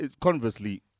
conversely